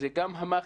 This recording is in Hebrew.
זה גם המאכר,